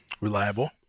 reliable